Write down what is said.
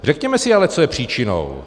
Řekněme si ale, co je příčinou.